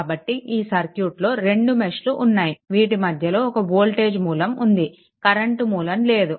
కాబట్టి ఈ సర్క్యూట్లో రెండు మెష్లు ఉన్నాయి వీటి మధ్యలో ఒక వోల్టేజ్ మూలం ఉంది కరెంట్ మూలం లేదు